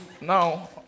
Now